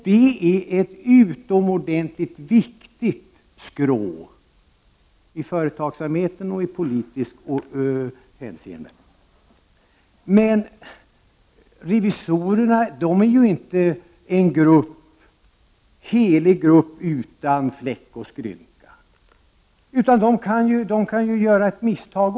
Det är ett utomordentligt viktigt skrå i företagsamheten och i politiskt hänseende. Men revisorerna är ju inte en helig grupp utan fläck och skrynka, utan de kan också göra ett misstag.